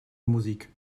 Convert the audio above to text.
musik